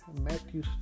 Matthew